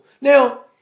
Now